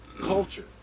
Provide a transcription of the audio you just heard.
culture